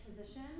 position